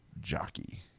jockey